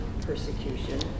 persecution